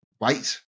wait